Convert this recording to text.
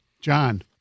John